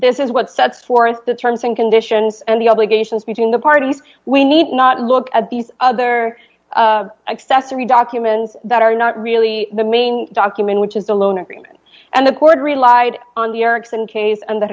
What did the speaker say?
this is what set forth the terms and conditions and the obligations between the parties we need not look at these other accessory documents that are not really the main document which is the loan agreement and the court relied on the erikson case and th